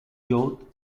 youth